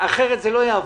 אחרת זה לא יעבור,